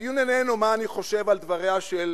הדיון איננו מה אני חושב על דבריה של